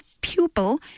pupil